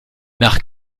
nach